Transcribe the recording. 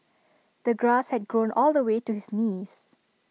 the grass had grown all the way to his knees